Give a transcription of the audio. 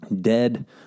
dead